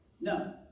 No